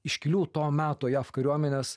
iškilių to meto jav kariuomenės